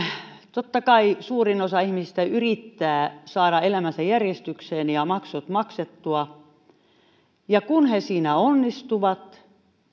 totta kai suurin osa ihmisistä yrittää saada elämänsä järjestykseen ja maksut maksettua kun he siinä onnistuvat